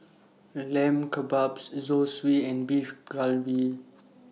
Lamb Kebabs Zosui and Beef Galbi